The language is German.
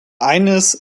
eines